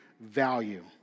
value